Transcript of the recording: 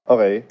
Okay